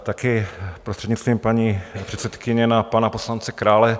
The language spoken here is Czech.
Také, prostřednictvím paní předsedkyně, na pana poslance Krále.